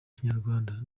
kinyarwanda